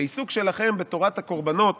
העיסוק שלכם בתורת הקורבנות